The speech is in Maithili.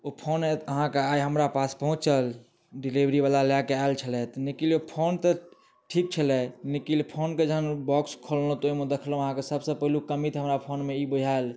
ओ फोन अहाँके आइ हमरापास पहुँचल डिलेभरीवला लए के आयल छलैथ लेकिन ओ फोन तऽ ठिक छलए लेकिन फोनके जहन ओ बॉक्स खोललहुॅं तऽ ओहिमे देखलहुॅं अहाँके सबसऽ पहिलुक कमी तऽ हमरा फोनमे ई बुझाएल